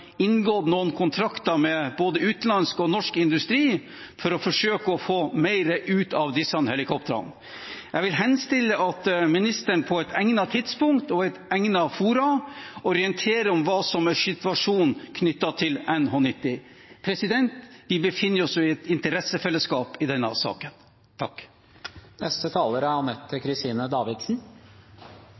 inngått noen kontrakter med både utenlandsk og norsk industri for å forsøke å få mer ut av disse helikoptrene. Jeg vil henstille ministeren til på et egnet tidspunkt og i et egnet forum å orientere om hva som er situasjonen knyttet til NH90. Vi befinner oss i et interessefellesskap i denne saken.